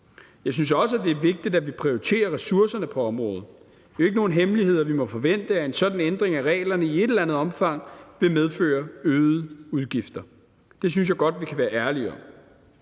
Jeg synes også, det er vigtigt, at vi prioriterer ressourcerne på området. Det er ikke nogen hemmelighed, at vi må forvente, at en sådan ændring af reglerne i et eller andet omfang vil medføre øgede udgifter. Det synes jeg godt vi kan være ærlige om.